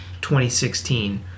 2016